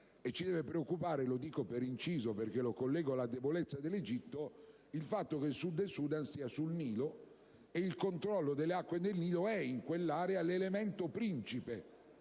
ci deve preoccupare - lo dico per inciso perché lo collego alla debolezza dell'Egitto - il fatto che il Sud Sudan sia sul Nilo, e il controllo delle acque del Nilo è in quell'area l'elemento principe.